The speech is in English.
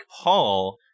Paul